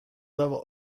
level